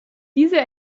diese